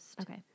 Okay